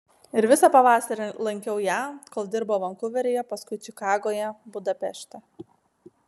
ir visą pavasarį lankiau ją kol dirbo vankuveryje paskui čikagoje budapešte